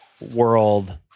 world